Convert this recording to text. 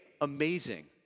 Amazing